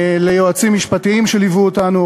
ליועצים המשפטיים שליוו אותנו,